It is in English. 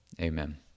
Amen